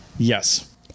Yes